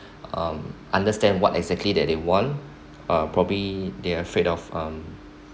um understand what exactly that they want uh probably they are afraid of um